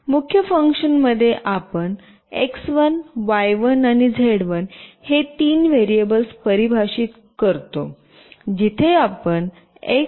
मुख्य फंक्शनमध्ये आपण x1 y1 आणि z1 हे तीन व्हेरिएबल्स परिभाषित करतो जिथे आपण x